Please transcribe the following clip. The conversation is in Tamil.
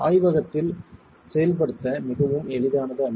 ஆய்வகத்தில் செயல்படுத்த மிகவும் எளிதானது அல்ல